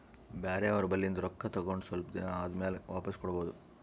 ಬ್ಯಾರೆ ಅವ್ರ ಬಲ್ಲಿಂದ್ ರೊಕ್ಕಾ ತಗೊಂಡ್ ಸ್ವಲ್ಪ್ ದಿನಾ ಆದಮ್ಯಾಲ ವಾಪಿಸ್ ಕೊಡೋದು